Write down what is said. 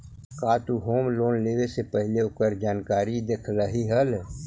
का तु home loan लेवे से पहिले ओकर जानकारी देखलही हल?